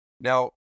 Now